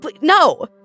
No